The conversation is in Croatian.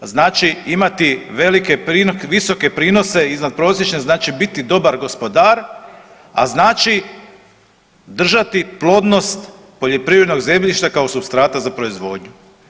Znači imati velike, visoke prinose iznadprosječne znači biti dobar gospodar, a znači držati plodnost poljoprivrednog zemljišta kao supstrata za proizvodnju.